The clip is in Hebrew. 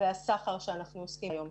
והסחר שאנחנו עוסקים בו היום.